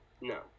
No